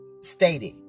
stated